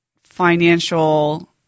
financial